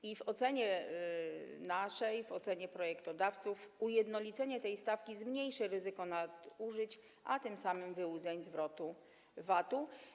I w naszej ocenie, w ocenie projektodawców, ujednolicenie tej stawki zmniejszy ryzyko nadużyć, a tym samym wyłudzeń zwrotu VAT-u.